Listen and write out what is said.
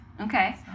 Okay